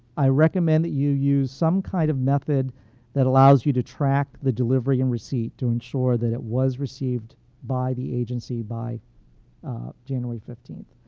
i recommend that you use some kind of method that allows you to track the delivery and receipt to insure that it was received by the agency by january fifteen.